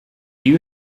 you